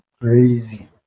Crazy